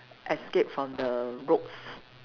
escape from the ropes